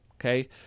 Okay